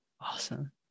Awesome